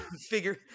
Figure